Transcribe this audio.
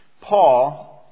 Paul